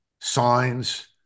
signs